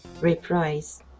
Reprise